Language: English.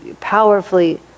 powerfully